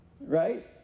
Right